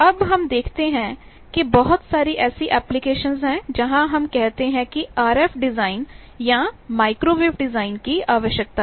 अब हम देखते हैं कि बहुत सारी ऐसी ऍप्लिकेशन्स हैं जहाँ हम कहते हैं कि ये आरएफ डिज़ाइन या माइक्रोवेव डिज़ाइन की आवश्यकता है